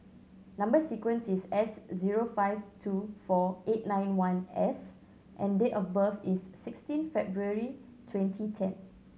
number sequence is S zero five two four eight nine one S and date of birth is sixteen February twenty ten